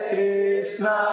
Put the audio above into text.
Krishna